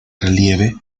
relieve